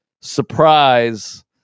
surprise